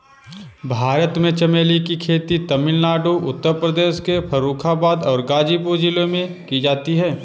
भारत में चमेली की खेती तमिलनाडु उत्तर प्रदेश के फर्रुखाबाद और गाजीपुर जिलों में की जाती है